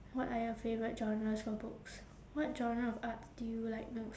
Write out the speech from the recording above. what are your favourite genres of books what genre of art do you like most